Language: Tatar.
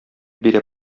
бирә